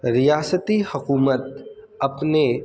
ریاستی حکومت اپنے